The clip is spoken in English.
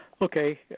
Okay